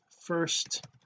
first